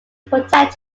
protect